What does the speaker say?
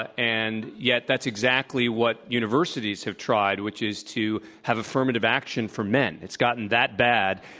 ah and yet that's exactly what universities have tried, which is to have affirmative action for men. it's gotten that bad.